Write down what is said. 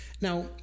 Now